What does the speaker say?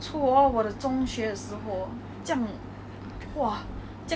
!wah! 我的 favourite teacher hor 是我 bio 的老师你 leh